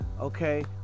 okay